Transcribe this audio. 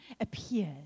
appears